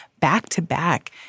back-to-back